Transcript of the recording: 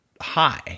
high